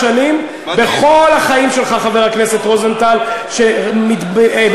מה פתאום רשות השידור, חבר הכנסת רוזנטל, אני